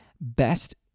best